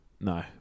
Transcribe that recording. No